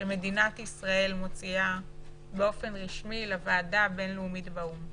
שמדינת ישראל מוציאה באופן רשמי לוועדה הבין-לאומית באו"ם.